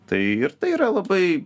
tai ir tai yra labai